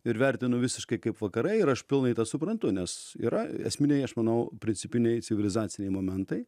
ir vertinu visiškai kaip vakarai ir aš pilnai tą suprantu nes yra esminiai aš manau principiniai civilizaciniai momentai